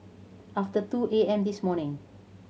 after two A M this morning